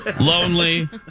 lonely